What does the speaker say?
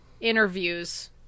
interviews